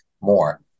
more